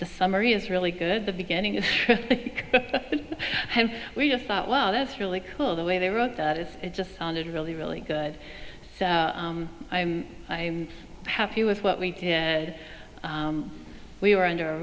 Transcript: the summary is really good the beginning and we just thought well that's really cool the way they wrote that is it just sounded really really good so i'm i'm happy with what we did we were under a